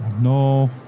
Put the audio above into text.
No